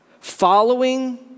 following